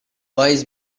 wise